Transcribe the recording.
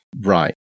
Right